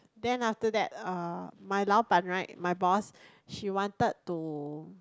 then after that uh my 老板 right my boss she wanted to